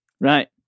right